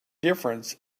difference